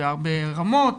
ברמות.